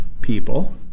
people